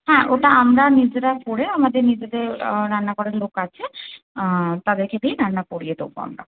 হ্যাঁ ওটা আমরা নিজেরা করে আমাদের নিজেদের রান্না করার লোক আছে তাদেরকে দিয়ে রান্না করিয়ে দেবো আমরা